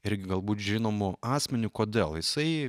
ir galbūt žinomu asmeniu kodėl jisai